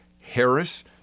Harris